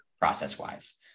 process-wise